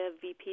VP